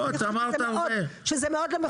זה מאוד לא מכובד.